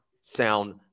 sound